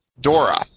Dora